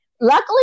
Luckily